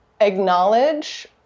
acknowledge